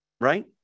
right